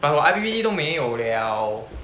but 我 I_P_P_T 都没有 liao